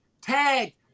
Tag